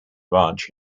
ranch